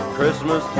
Christmas